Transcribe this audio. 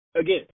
again